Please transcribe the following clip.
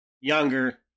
younger